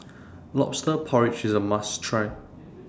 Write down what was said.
Lobster Porridge IS A must Try